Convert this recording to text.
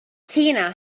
tina